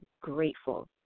grateful